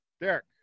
Derek